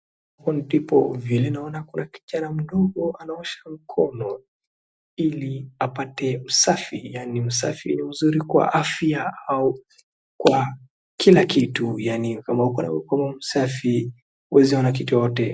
Hapo ndipo vile naona kuna kijana mdogo anaosha mkono iliapate usafi. yani msafi ni mzuri kwa afya au kwa kila kitu yani kama uko na mkono safi huezi ona kitu yoyote.